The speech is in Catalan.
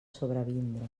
sobrevindre